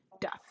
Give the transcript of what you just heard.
death